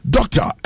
Doctor